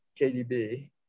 KDB